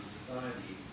society